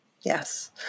Yes